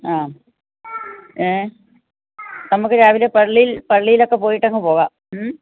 ആ ഏ നമുക്ക് രാവിലെ പള്ളിയിൽ പള്ളിയിലൊക്കെ പോയിട്ടങ്ങ് പോകാം മ്